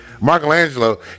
Michelangelo